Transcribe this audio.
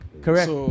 Correct